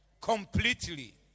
Completely